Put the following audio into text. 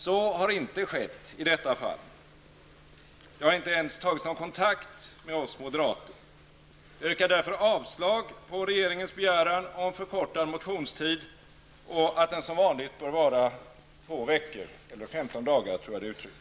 Så har inte skett i detta fall. Det har inte ens tagits någon kontakt med oss moderater. Jag yrkar därför avslag på regeringens begäran om förkortad motionstid och att den som vanligt bör vara två veckor eller 15 dagar som jag tror det är uttryckt.